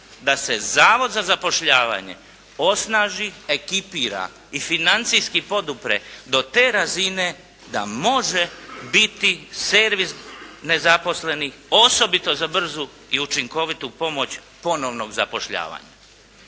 da se Zavod za zapošljavanje osnaži, ekipira i financijski podupre do te razine da može biti servis nezaposlenih osobito za brzu i učinkovitu pomoć ponovnog zapošljavanja.